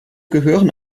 gehören